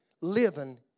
Living